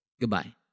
Goodbye